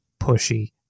pushy